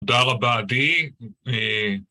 תודה רבה, עדי.